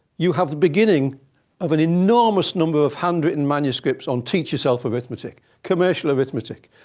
you have the beginning of an enormous number of handwritten manuscripts on teach yourself arithmetic, commercial arithmetic.